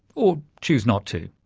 or choose not to.